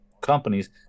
companies